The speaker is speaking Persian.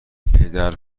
پدر